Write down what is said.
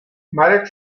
marek